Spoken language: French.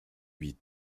huit